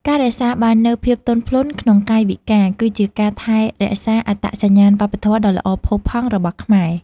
ការរក្សាបាននូវភាពទន់ភ្លន់ក្នុងកាយវិការ គឺជាការថែរក្សាអត្តសញ្ញាណវប្បធម៌ដ៏ល្អផូរផង់របស់ខ្មែរ។